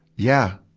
yeah.